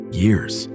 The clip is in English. years